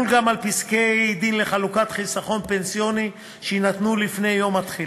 ותחול גם על פסקי-דין לחלוקת חיסכון פנסיוני שיינתנו לפני יום התחילה.